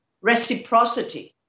reciprocity